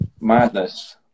Madness